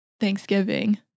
Thanksgiving